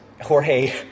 Jorge